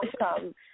welcome